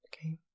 okay